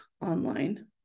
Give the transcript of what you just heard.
online